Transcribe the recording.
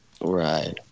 Right